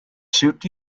suit